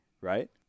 right